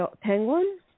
Penguin